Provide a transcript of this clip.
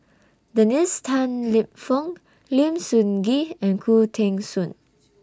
Dennis Tan Lip Fong Lim Sun Gee and Khoo Teng Soon